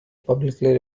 publicly